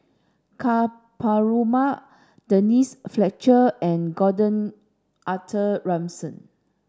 Ka Perumal Denise Fletcher and Gordon Arthur Ransome